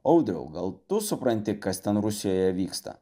audriau gal tu supranti kas ten rusijoje vyksta